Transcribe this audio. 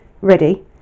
ready